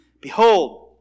Behold